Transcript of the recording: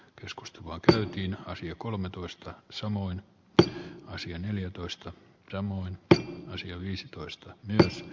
keskustelua käytiin asia kolmetoista samoin b kaksi ja neljätoista samoin teki asian viisitoista os